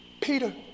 Peter